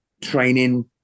training